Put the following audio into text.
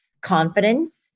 confidence